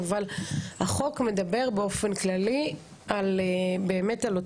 אבל החוק מדבר באופן כללי על באמת אותו